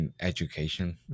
education